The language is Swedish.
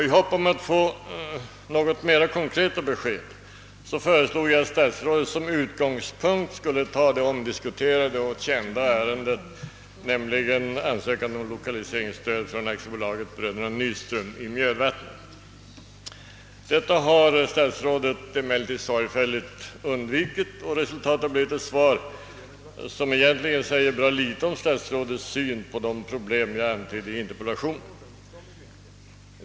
I hopp att få något mer konkreta besked föreslog jag att statsrådet som utgångspunkt skulle ta det omdiskuterade och kända ärendet, nämligen ansökan om lokaliseringsstöd från AB Bröderna Nyström i Mjödvattnet. Detta har statsrådet emellertid sorgfälligt undvikit, och resultatet blev ett svar som egentligen säger bra litet om statsrådets syn på de problem jag antydde i interpellationen.